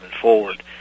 forward